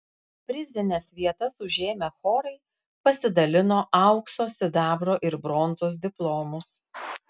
prizines vietas užėmę chorai pasidalino aukso sidabro ir bronzos diplomus